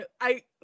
I-